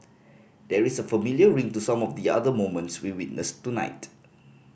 there is a familiar ring to some of the other moments we witnessed tonight